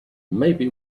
maybe